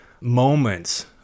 moments